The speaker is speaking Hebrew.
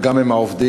וגם עם העובדים.